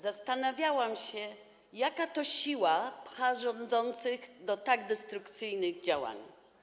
Zastanawiałam się, jaka to siła pcha rządzących do tak destrukcyjnych działań.